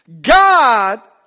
God